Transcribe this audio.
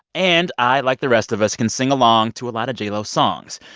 and i, like the rest of us, can sing along to a lot of j lo's songs.